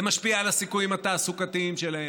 זה משפיע על הסיכויים התעסוקתיים שלהם.